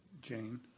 Jane